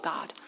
God